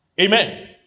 amen